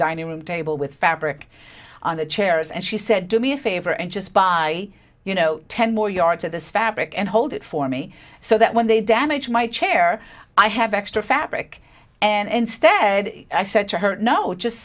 dining room table with fabric on the chairs and she said to me a favor and just buy you know ten more yards of this fabric and hold it for me so that when they damage my chair i have extra fabric and instead i said to her no just